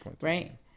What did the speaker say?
right